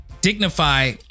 dignify